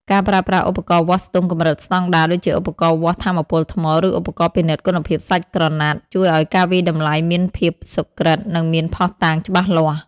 ការប្រើប្រាស់ឧបករណ៍វាស់ស្ទង់កម្រិតស្តង់ដារ ដូចជាឧបករណ៍វាស់ថាមពលថ្ម ឬឧបករណ៍ពិនិត្យគុណភាពសាច់ក្រណាត់ ជួយឱ្យការវាយតម្លៃមានភាពសុក្រឹត និងមានភស្តុតាងច្បាស់លាស់។